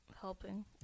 helping